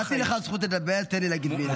נתתי לך זכות לדבר, תן לי להגיד מילה.